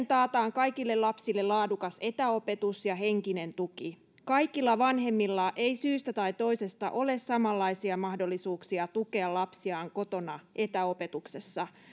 taataan kaikille lapsille laadukas etäopetus ja henkinen tuki kaikilla vanhemmilla ei syystä tai toisesta ole samanlaisia mahdollisuuksia tukea lapsiaan kotona etäopetuksessa